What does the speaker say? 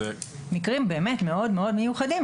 מקרים באמת מאוד מאוד מיוחדים,